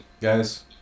guys